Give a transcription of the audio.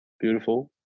beautiful